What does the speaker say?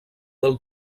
del